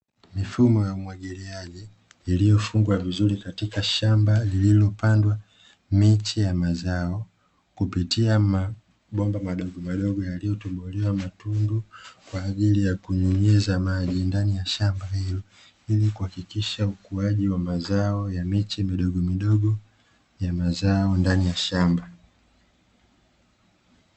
Mifumo ya umwagiliaji iliyofungwa vizuri katika shamba lililopandwa miche ya mazao kupitia mabomba madogomadogo, yaliyotobolewa matundu kwa ajili ya kunyunyiza maji ndani ya shamba hilo ili kuhakikisha ukuaji wa mazao ya miche midogomidogo ya mazao ndani ya shamba.